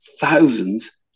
thousands